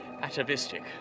atavistic